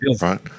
right